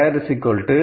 2 226